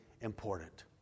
important